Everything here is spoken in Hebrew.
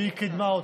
והיא קידמה אותו.